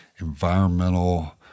environmental